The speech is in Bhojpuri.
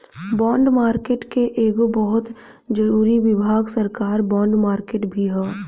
बॉन्ड मार्केट के एगो बहुत जरूरी विभाग सरकार बॉन्ड मार्केट भी ह